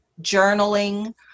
journaling